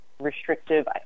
Restrictive